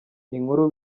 inkuru